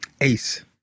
ace